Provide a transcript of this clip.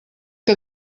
que